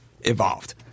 evolved